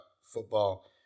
football